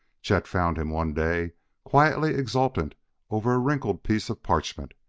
chet found him one day quietly exultant over a wrinkled piece of parchment.